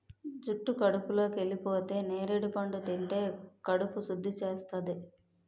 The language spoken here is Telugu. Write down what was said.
జుట్టు కడుపులోకెళిపోతే నేరడి పండు తింటే కడుపు సుద్ధి చేస్తాది